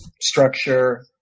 structure